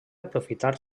aprofitar